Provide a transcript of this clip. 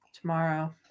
Tomorrow